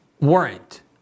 warrant